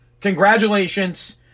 Congratulations